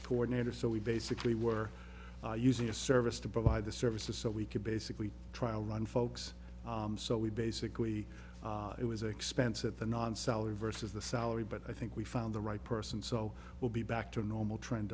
coordinator so we basically were using a service to provide the services so we could basically a trial run folks so we basically it was expense at the non salary versus the salary but i think we found the right person so we'll be back to normal trend